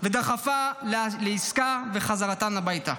ודחפה לעסקה ולחזרתן הביתה.